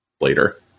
later